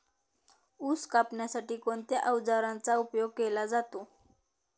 ऊस कापण्यासाठी कोणत्या अवजारांचा उपयोग केला जातो?